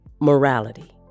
Morality